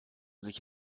sich